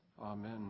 Amen